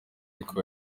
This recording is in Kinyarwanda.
ariko